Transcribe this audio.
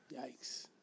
Yikes